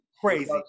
Crazy